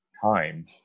time